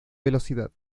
velocidad